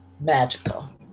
magical